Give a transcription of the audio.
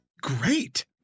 great